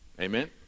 Amen